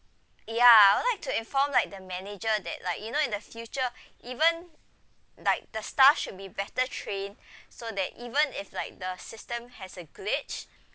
ya I would like to inform like the manager that like you know in the future even like the staff should be better trained so that even if like the system has a glitch